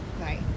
Right